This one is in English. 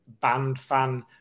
band-fan